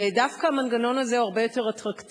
ודווקא המנגנון הזה הוא הרבה יותר אטרקטיבי.